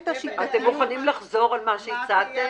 אתם יכולים לחזור על מה שהצעתם?